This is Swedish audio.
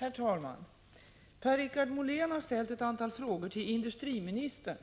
Herr talman! Per-Richard Molén har ställt ett antal frågor till industriministern